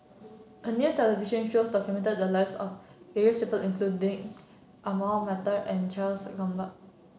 a new television show the lives of various people including Ahmad Mattar and Charles Gamba